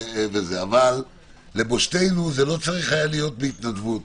אבל לבושתנו, זה לא היה צריך להיות בהתנדבות.